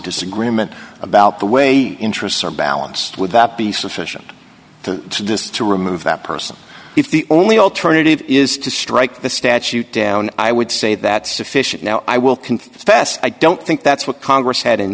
disagreement about the way interests are balanced would that be sufficient to to remove that person if the only alternative is to strike the statute down i would say that sufficient now i will confess i don't think that's what congress had in